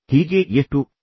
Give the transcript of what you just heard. ಹೀಗೆ ಎಷ್ಟು ದಿನಗಳು ಕಳೆದವು